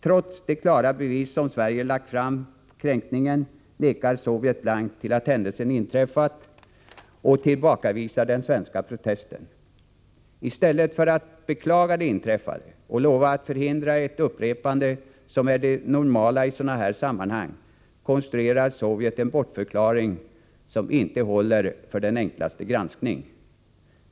Trots de klara bevis som Sverige lagt fram på kränkningen nekar Sovjet blankt till att händelsen inträffat och tillbakavisar den svenska protesten. I stället för att beklaga det inträffade och lova att förhindra ett upprepande, som är det normala i sådana här sammanhang, konstruerar Sovjet en bortförklaring som inte håller för den enklaste granskning.